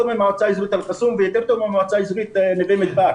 ממועצה אזורית אל קסום ויותר טוב ממועצה אזורית נווה מדבר,